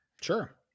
Sure